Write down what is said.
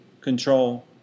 control